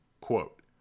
Quote